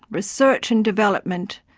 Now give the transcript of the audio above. research and development,